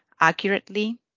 accurately